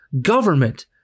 Government